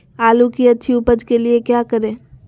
आलू की अच्छी उपज के लिए क्या करें?